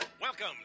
Welcome